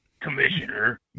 Commissioner